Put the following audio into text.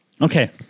Okay